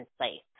safe